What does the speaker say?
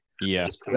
Yes